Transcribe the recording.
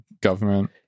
government